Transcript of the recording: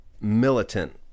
militant